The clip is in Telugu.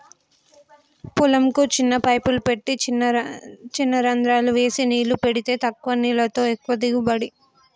పొలం కు చిన్న పైపులు పెట్టి చిన రంద్రాలు చేసి నీళ్లు పెడితే తక్కువ నీళ్లతో ఎక్కువ దిగుబడి